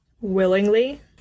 Willingly